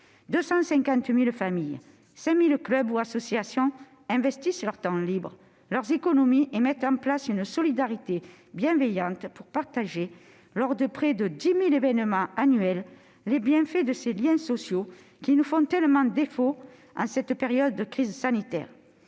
250 000 familles, les membres de 5 000 clubs ou associations investissent leur temps libre, leurs économies et mettent en oeuvre une solidarité bienveillante pour partager, lors de près de 10 000 événements annuels, les bienfaits de ces liens sociaux qui nous font tellement défaut en cette période de crise sanitaire.